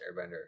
Airbender